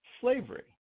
slavery